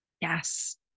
Yes